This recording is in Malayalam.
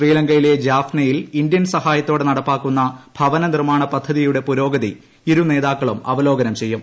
ശ്രീലങ്കയിലെ ജാഫ്നയിൽ ഇന്ത്യൻ സഹായത്തോടെ നടപ്പാക്കുന്ന ഭവനനിർമ്മാണ പദ്ധതിയുടെ പുരോഗതി ഇരുനേതാക്കളും അവലോകനം ചെയ്യും